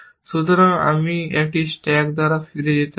সুতরাং আমি একটি স্ট্যাক দ্বারা ফিরে যেতে হবে